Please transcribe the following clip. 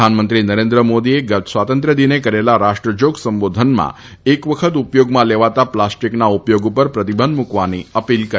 પ્રધાનમંત્રી નરેન્દ્ર મોદીએ ગત સ્વાતંત્ર્યદિને કરેલા રાષ્ટ્રજાગ સંબોધનમાં એક વખત ઉપયોગમાં લેવાતા પ્લાસ્ટીકના ઉપયોગ ઉપર પ્રતિબંધ મૂકવાની અપીલ કરી હતી